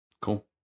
cool